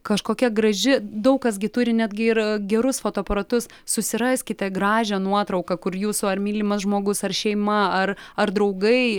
kažkokia graži daug kas gi turi netgi ir gerus fotoaparatus susiraskite gražią nuotrauką kur jūsų ar mylimas žmogus ar šeima ar ar draugai